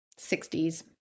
60s